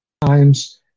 times